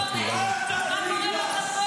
על מה את מדברת?